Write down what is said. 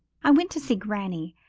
i went to see granny,